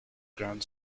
grand